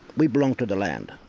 we belong to the land.